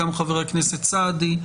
גם חבר הכנסת סעדי.